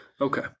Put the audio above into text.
Okay